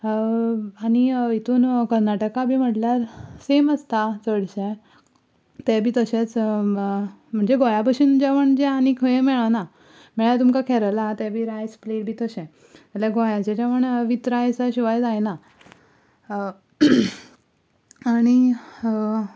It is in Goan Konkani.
आनी हितून कर्नाटका बी म्हणल्यार सेम आसता चडशें ते बी तशेच म्हणजे गोंयाभशेन जेवण जें आनी खंय मेळना मेळ्ळ्यार तुमकां केरला ते बी रायस प्लेट बी तशें ना जाल्यार गोंयाचें जेवण वीथ रायसा शिवाय जायना आनी